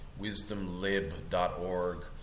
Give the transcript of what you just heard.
wisdomlib.org